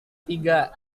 tiga